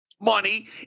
money